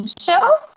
show